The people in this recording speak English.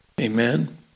Amen